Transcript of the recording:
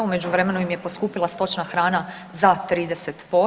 U međuvremenu im je poskupjela stočna hrana za 30%